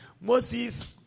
Moses